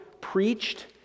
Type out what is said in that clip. preached